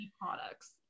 products